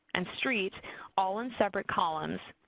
and street all in separate columns,